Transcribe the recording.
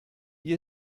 wie